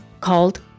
called